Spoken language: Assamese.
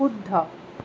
শুদ্ধ